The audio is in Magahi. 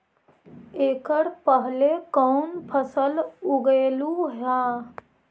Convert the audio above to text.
एकड़ पहले कौन फसल उगएलू हा?